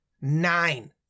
Nine